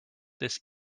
this